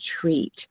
treat